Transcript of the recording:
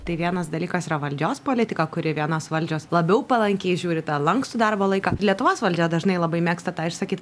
tai vienas dalykas yra valdžios politika kuri vienos valdžios labiau palankiai žiūri į tą lankstų darbo laiką lietuvos valdžia dažnai labai mėgsta tą išsakyt